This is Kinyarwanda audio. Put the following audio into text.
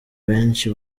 benshi